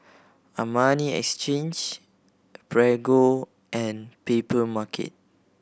Armani Exchange Prego and Papermarket